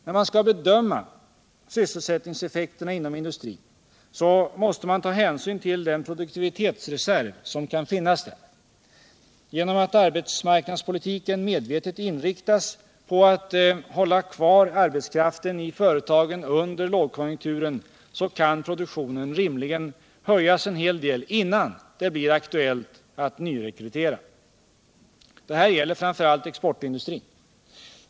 När man skall bedöma sysselsättningseffekterna inom industrin måste man ta hänsyn till den produktivitetsreserv som kan finnas där. Genom att arbetsmarknadspolitiken medvetet inriktats på att hålla kvar arbetskraften i företagen under lågkonjunktur så kan produktionen rimligen höjas en hel del innan det blir aktuellt att nyrekrytera. Det här gäller framför allt exportindustrin.